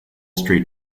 street